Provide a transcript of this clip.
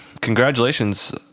Congratulations